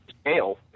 scale